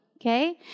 Okay